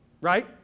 right